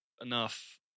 enough